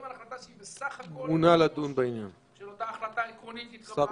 על החלטה שהיא בסך הכול --- של אותה החלטה עקרונית שהתקבלה,